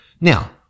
Now